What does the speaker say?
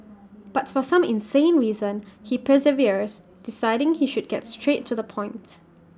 but for some insane reason he perseveres deciding he should get straight to the points